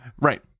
right